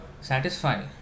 satisfy